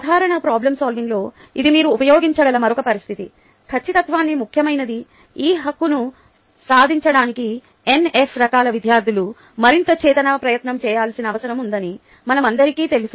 సాధారణ ప్రోబ్లెమ్ సాల్వింగ్లో ఇది మీరు ఉపయోగించగల మరొక పరిస్థితి ఖచ్చితత్వం ముఖ్యమైనది ఈ హక్కును సాధించడానికి NF రకాల విద్యార్థులు మరింత చేతన ప్రయత్నం చేయాల్సిన అవసరం ఉందని మనందరికీ తెలుసు